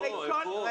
הם פה.